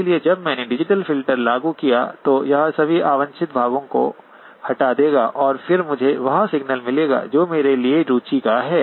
इसलिए जब मैंने डिजिटल फ़िल्टर लागू किया तो यह सभी अवांछित भागों को हटा देगा और फिर मुझे वह सिग्नलमिलेगा जो मेरे लिए रूचि का है